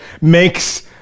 makes